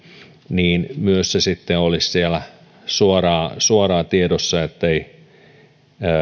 niin myös se sitten olisi siellä suoraan suoraan tiedossa niin ettei